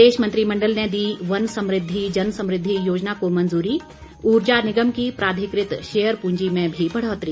प्रदेश मंत्रिमण्डल ने दी वन समृद्धि जन समृद्धि योजना को मंजूरी ऊर्जा निगम की प्राधिकृत शेयर पूंजी में भी बढ़ौतरी